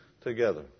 together